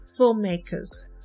filmmakers